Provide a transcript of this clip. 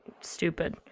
Stupid